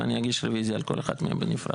ואני אגיד רביזיה על כל אחת מהן בנפרד.